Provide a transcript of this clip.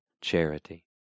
charity